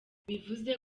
bivuze